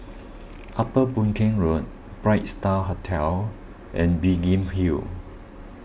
Upper Boon Keng Road Bright Star Hotel and Biggin Hill Road